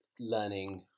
learning